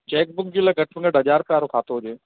check book जे लाइ घटि में घटि हज़ार रुपए वारो खातो हुजे